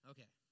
Okay